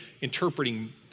interpreting